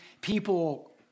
people